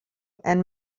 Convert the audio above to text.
and